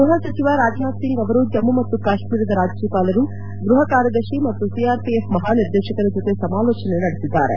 ಗೃಹ ಸಚಿವ ರಾಜ್ನಾಥ್ ಸಿಂಗ್ ಅವರು ಜಮ್ಮ ಮತ್ತು ಕಾಶ್ಮೀರದ ರಾಜ್ಯಪಾಲರು ಗೃಹ ಕಾರ್ತದರ್ಶಿ ಮತ್ತು ಸಿಆರ್ಪಿಎಫ್ ಮಹಾನಿರ್ದೇಶಕರ ಜೊತೆ ಸಮಾಲೋಚನೆ ನಡೆಸಿದ್ದಾರೆ